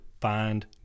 find